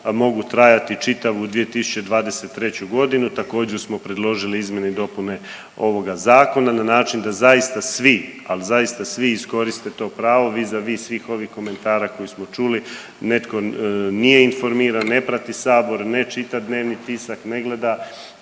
mogu trajati čitavu 2023. g., također smo predložili izmjene i dopune ovoga Zakona na način da zaista svi, ali zaista svi iskoriste to pravo vi za vi svih ovih komentara koje smo čuli, netko nije informiran, ne prati Sabor, ne čita dnevni tisak, ne gleda